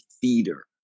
theater